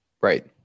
Right